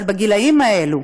אבל בגילים האלה,